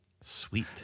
Sweet